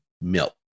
milk